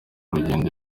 urugendo